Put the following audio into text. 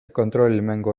kontrollmängu